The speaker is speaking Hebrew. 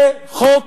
זה חוק